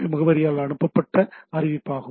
B முகவரியால் அனுப்பப்பட்ட அறிவிப்பாகும்